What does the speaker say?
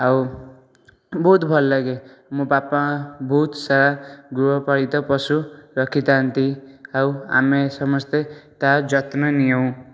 ଆଉ ବହୁତ ଭଲ ଲାଗେ ମୋ ବାପା ବହୁତ ସାରା ଗୃହପାଳିତ ପଶୁ ରଖି ଥାଆନ୍ତି ଆଉ ଆମେ ସମସ୍ତେ ତା ଯତ୍ନ ନେଉ